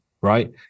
right